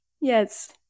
Yes